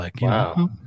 Wow